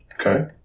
Okay